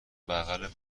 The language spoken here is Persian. بغل